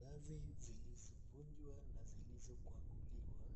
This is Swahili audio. Nazi zilizo vunjwa na zilizokwanguliwa.